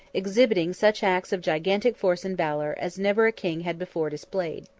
exhibiting such acts of gigantic force and valor as never king had before displayed.